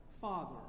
Father